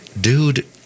dude